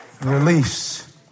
Release